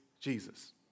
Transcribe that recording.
Jesus